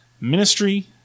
ministry